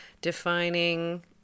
defining